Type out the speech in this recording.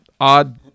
odd